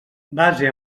base